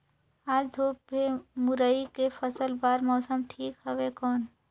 आज धूप हे मुरई के फसल बार मौसम ठीक हवय कौन?